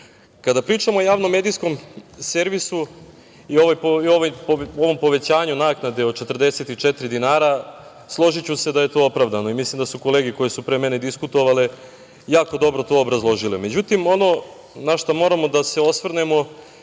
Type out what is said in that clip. vodi. Kada pričamo o javnom medijskom servisu i ovom povećanju naknade od 44 dinara, složiću se da je to opravdano i mislim da su kolege koje su pre mene diskutovale jako dobro to obrazložili.Međutim, ono na šta moramo da se osvrnemo